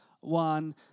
one